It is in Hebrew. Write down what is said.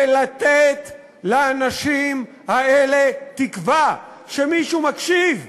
ולתת לאנשים האלה תקווה שמישהו מקשיב,